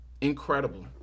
Incredible